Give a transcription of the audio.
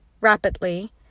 rapidly